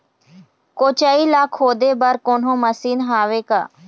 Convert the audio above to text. कोचई ला खोदे बर कोन्हो मशीन हावे का?